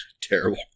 Terrible